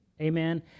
amen